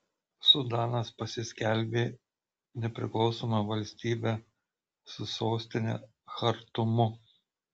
sudanas pasiskelbė nepriklausoma valstybe su sostine chartumu